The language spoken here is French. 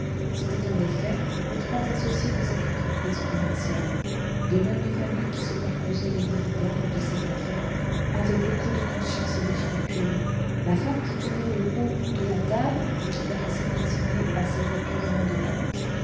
c'étaient en effet les trois associées de cette entreprise commerciale deux mères de famille qui se partageaient les dividendes de cette affaire avec beaucoup de conscience et de scrupule la femme qui tenait le haut bout de la table et qui paraissait présider à cet apurement de comptes